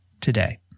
today